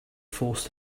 forced